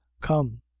come